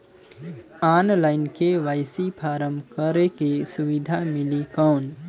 Online KYC form करेके सुविधा मिली कौन?